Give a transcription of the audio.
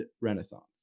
Renaissance